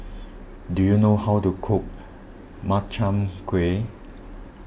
do you know how to cook Makchang Gui